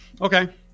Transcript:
Okay